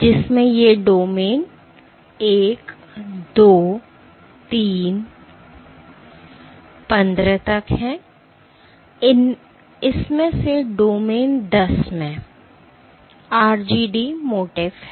जिसमें ये डोमेन 1 2 3 15 तक है और इस में से डोमेन 10 में RGD MOTIF है